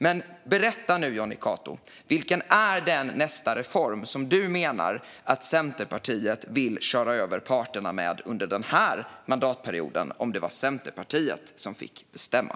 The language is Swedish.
Men berätta nu, Jonny Cato: Vilken är nästa reform som Centerpartiet vill köra över parterna med under den här mandatperioden, om Centerpartiet fick bestämma?